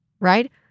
right